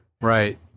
right